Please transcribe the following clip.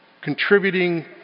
contributing